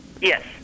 Yes